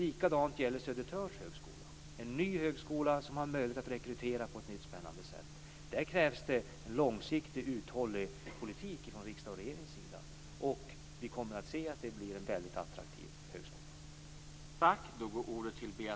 Detsamma gäller Södertörns högskola, en ny högskola som har möjlighet att rekrytera på ett nytt, spännande sätt. Där krävs det en långsiktigt uthållig politik från riksdag och regering, och vi kommer att se att det blir en väldigt attraktiv högskola.